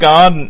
God